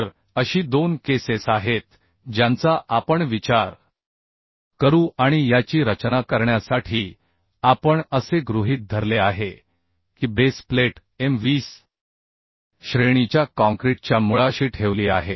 तर अशी 2 केसेस आहेत ज्यांचा आपण विचार करू आणि याची रचना करण्यासाठी आपण असे गृहीत धरले आहे की बेस प्लेट m20 श्रेणीच्या काँक्रीटच्या मुळाशी ठेवली आहे